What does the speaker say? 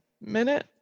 minute